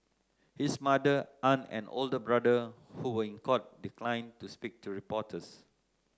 his mother aunt and older brother who were in court declined to speak to reporters